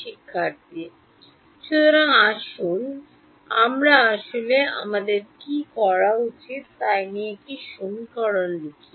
সুতরাং আসুন আসলে আমাদের কী করা উচিত তা সমীকরণটি লিখি